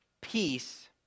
peace